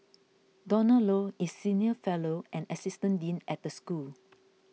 Donald Low is senior fellow and assistant dean at the school